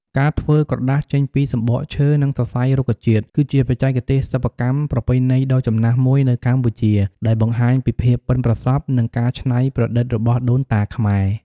ការធ្វើក្រដាសចេញពីសំបកឈើ និងសរសៃរុក្ខជាតិ គឺជាបច្ចេកទេសសិប្បកម្មប្រពៃណីដ៏ចំណាស់មួយនៅកម្ពុជា ដែលបង្ហាញពីភាពប៉ិនប្រសប់ និងការច្នៃប្រឌិតរបស់ដូនតាខ្មែរ។